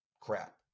crap